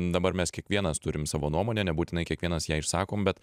dabar mes kiekvienas turim savo nuomonę nebūtinai kiekvienas ją išsakom bet